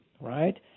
right